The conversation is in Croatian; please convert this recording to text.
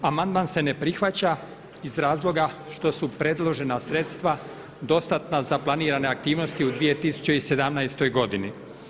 Amandman se ne prihvaća iz razloga što su predložena sredstva dostatna za planirane aktivnosti u 2017. godini.